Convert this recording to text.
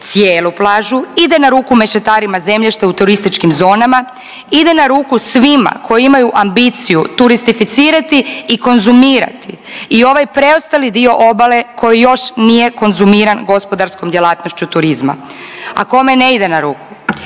cijelu plažu. Ide na ruku mešetarima zemljišta u turističkim zonama. Ide na ruku svima koji imaju ambiciju turistificirati i konzumirati i ovaj preostali dio obale koji još nije konzumiran gospodarskom djelatnošću turizma. A kome ne ide na ruku?